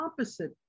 opposite